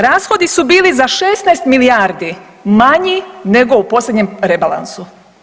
Rashodi su bili za 16 milijardi manji nego u posljednjem rebalansu.